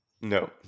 No